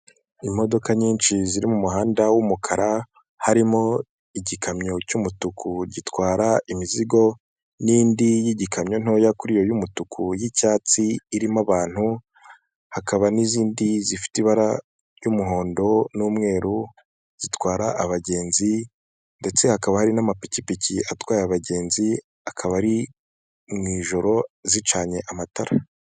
Imodoka nyinshi ziri mu muhanda w'umukara harimo igikamyo cy'umutuku gitwara imizigo, n'indi y'igikamyo ntoya kuri y'umutuku y'icyatsi irimo abantu, hakaba n'izindi zifite ibara ry'umuhondo n'umweru zitwara abagenzi ndetse hakaba hari n'amapikipiki atwaye abagenzi akaba ari mu ijoro zicanye amatara.